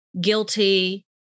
guilty